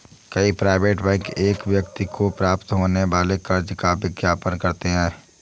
कई private bank एक व्यक्ति को प्राप्त होने वाले कर्ज का विज्ञापन करते हैं